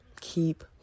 Keep